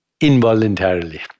involuntarily